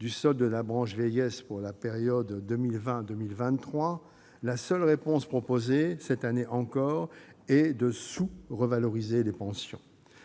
du solde de la branche vieillesse pour la période 2020-2023, la seule réponse proposée, cette année encore, est de sous-revaloriser les pensions.